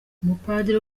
umupadiri